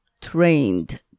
trained